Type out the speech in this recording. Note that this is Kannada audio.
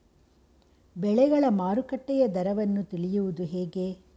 ಬೆಳೆಗಳ ಮಾರುಕಟ್ಟೆಯ ದರವನ್ನು ತಿಳಿಯುವುದು ಹೇಗೆ?